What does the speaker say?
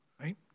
right